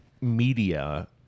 media